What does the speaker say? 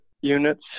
units